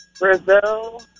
Brazil